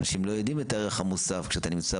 אנשים לא יודעים את הערך המוסף כשאתה נמצא